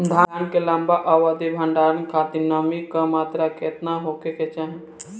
धान के लंबा अवधि क भंडारण खातिर नमी क मात्रा केतना होके के चाही?